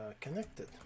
connected